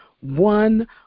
one